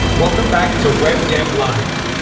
welcome back to web dev live.